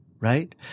right